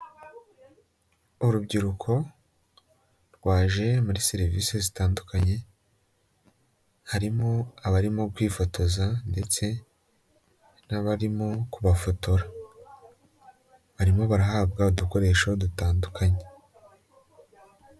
urubyiruko rwaje muri serivisi zitandukanye, harimo abarimo kwifotoza ndetse n'abarimo kubafotora, barimo barahabwa udukoresho dutandukanye.